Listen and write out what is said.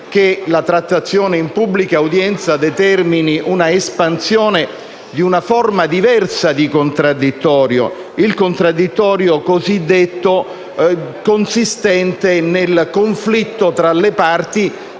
che la trattazione in pubblica udienza determini l'espansione di una forma diversa di contraddittorio, il cosiddetto contraddittorio consistente nel conflitto tra le parti